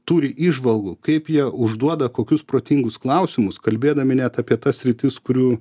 turi įžvalgų kaip jie užduoda kokius protingus klausimus kalbėdami net apie tas sritis kurių